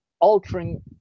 altering